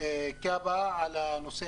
בנושא